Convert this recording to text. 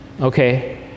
Okay